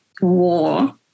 war